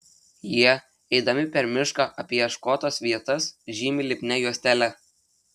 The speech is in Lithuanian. jie eidami per mišką apieškotas vietas žymi lipnia juostele